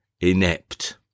inept